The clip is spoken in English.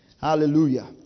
hallelujah